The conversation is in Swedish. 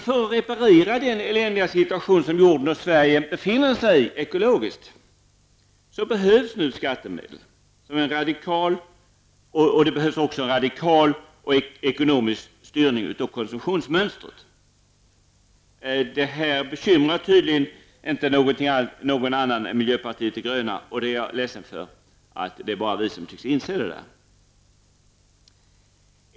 För att reparera den eländiga situation som jorden och Sverige befinner sig i ekologiskt behövs nu skattemedel. Och det behövs också en radikal ekonomisk styrning av konsumtionsmönstret. Det bekymrar tydligen inte något annat parti än miljöpartiet de gröna. Och jag är ledsen över att det är bara vi som tycks inse det.